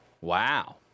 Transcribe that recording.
Wow